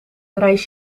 reis